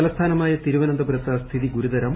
തലസ്ഥാനമായ തിരുവനന്തപുരത്ത് സ്ഥിതി ഗുരുതരം